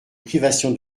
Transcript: privation